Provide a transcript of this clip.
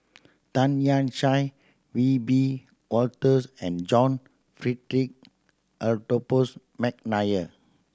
Tan Lian Chye We be Wolters and John Frederick Adolphus McNair